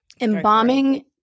Embalming